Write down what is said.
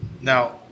Now